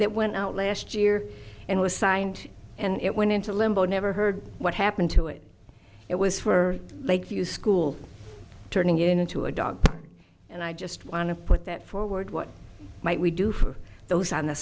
that went out last year and was signed and it went into limbo never heard what happened to it it was for lakeview school turning it into a dog and i just want to put that forward what might we do for those on the